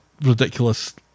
ridiculous